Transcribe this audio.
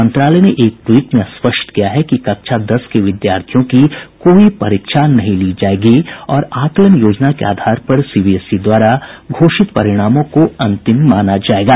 मंत्रालय ने एक ट्वीट में स्पष्ट किया है कि कक्षा दस के विद्यार्थियों की कोई परीक्षा नहीं ली जायेगी और आकलन योजना के आधार पर सीबीएसई द्वारा घोषित परिणामों को अंतिम माना जायेगा